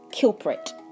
culprit